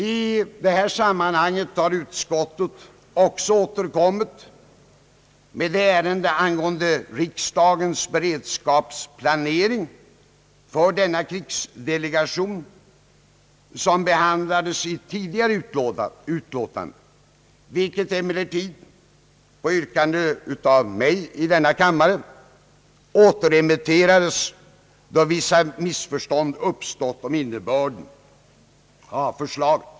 I detta sammanhang har utskottet också återkommit med det ärende angående riksdagens beredskapsplanering för denna krigsdelegation som behandlades i ett tidigare utlåtande, vilket emellertid på yrkande av mig i denna kammare återremitterades, då vissa missförstånd uppstått om innebörden av utskottets förslag.